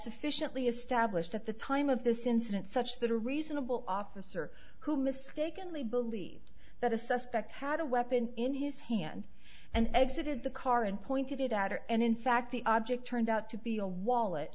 sufficiently established at the time of this incident such that a reasonable officer who mistakenly believed that a suspect had a weapon in his hand and exited the car and pointed it at her and in fact the object turned out to be a wallet